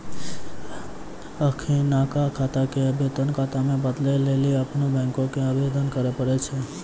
अखिनका खाता के वेतन खाता मे बदलै लेली अपनो बैंको के आवेदन करे पड़ै छै